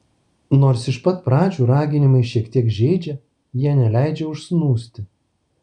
nors iš pat pradžių raginimai šiek tiek žeidžia jie neleidžia užsnūsti